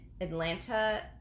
Atlanta